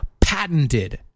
patented